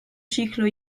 ciclo